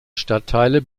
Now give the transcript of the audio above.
stadtteile